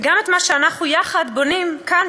וגם את מה שאנחנו יחד בונים כאן,